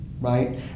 right